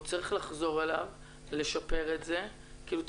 הוא צריך לחזור אליו ולשפר את זה - את